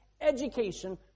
education